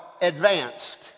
advanced